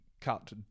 cut